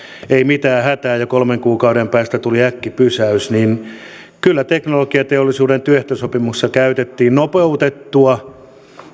ei mitään hätää ja kolmen kuukauden päästä tuli äkkipysäys niin kyllä teknologiateollisuuden työehtosopimuksessa käytettiin nopeutettua